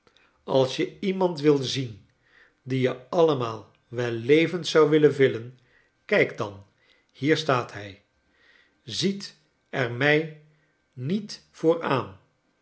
als je iemand wilt zien die je allemaal wel levend zou willen villen kijkt dan hier staai hij ziet er mij niet voor aan